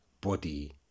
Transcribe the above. body